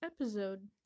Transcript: episode